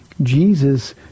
Jesus